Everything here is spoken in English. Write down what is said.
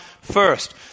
first